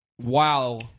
Wow